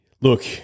Look